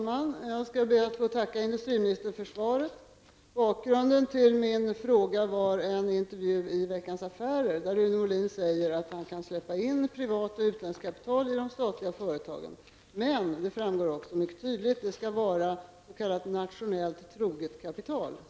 I en intervju i Veckans Affärer den 26 september säger industriministern att han kan tänka sig att släppa in privata ägare och utländskt kapital i de statliga företagen. Men det skall vara ''nationellt troget kapital''.